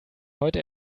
heute